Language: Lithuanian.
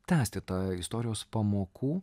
tęsti tą istorijos pamokų